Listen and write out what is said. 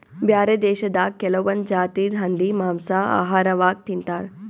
ಬ್ಯಾರೆ ದೇಶದಾಗ್ ಕೆಲವೊಂದ್ ಜಾತಿದ್ ಹಂದಿ ಮಾಂಸಾ ಆಹಾರವಾಗ್ ತಿಂತಾರ್